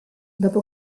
dopo